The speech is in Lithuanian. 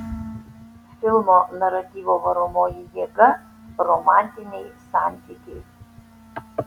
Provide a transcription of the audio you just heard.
filmo naratyvo varomoji jėga romantiniai santykiai